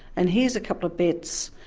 and here's a couple of bets.